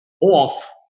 off